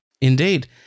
Indeed